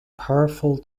powerful